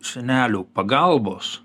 senelio pagalbos